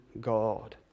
God